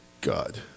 God